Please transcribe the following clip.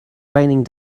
raining